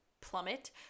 plummet